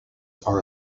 are